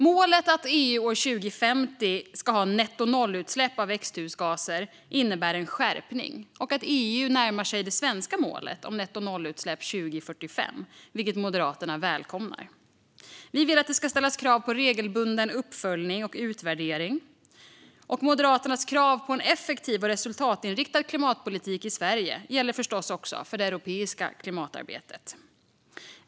Målet att EU år 2050 ska ha nettonollutsläpp av växthusgaser innebär en skärpning och att EU närmar sig det svenska målet om nettonollutsläpp 2045, vilket Moderaterna välkomnar. Vi vill att det ska ställas krav på regelbunden uppföljning och utvärdering. Moderaternas krav på en effektiv och resultatinriktad klimatpolitik i Sverige gäller förstås också för det europeiska klimatarbetet.